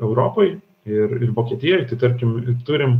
europoj ir ir vokietijoj tai tarkim turim